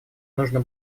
нужно